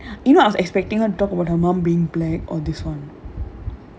you know I was expecting her to talk about her mum being black all this [one]